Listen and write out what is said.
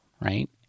right